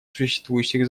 существующих